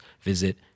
visit